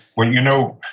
well, you know,